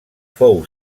fou